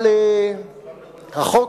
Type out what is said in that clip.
אבל החוק,